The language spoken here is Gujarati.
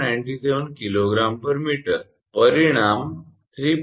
97 𝐾𝑔 𝑚 પરિણામ 3